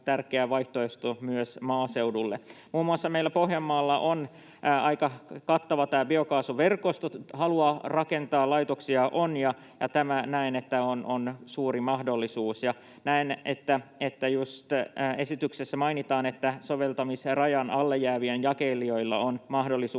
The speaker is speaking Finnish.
tärkeä vaihtoehto myös maaseudulle. Muun muassa meillä Pohjanmaalla on aika kattava biokaasuverkosto ja halua rakentaa laitoksia on, ja näen, että tämä on suuri mahdollisuus. Esityksessä mainitaan, että soveltamisrajan alle jäävillä jakelijoilla on mahdollisuus